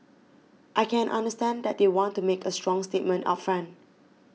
I can understand that they want to make a strong statement up front